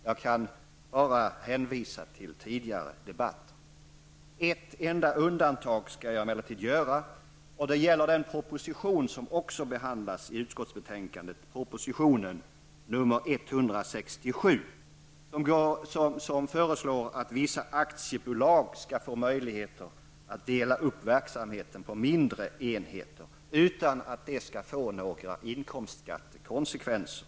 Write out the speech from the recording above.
Jag kan bara hänvisa till tidigare debatter. Jag skall emellertid göra ett enda undantag och det gäller den proposition som också behandlas i utskottsbetänkandet, proposition nr 167. I denna proposition föreslås att vissa aktiebolag skall få möjligheter att dela upp verksamheten på mindre enheter, utan att det skall få några inkomstskattekonsekvenser.